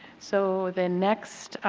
so the next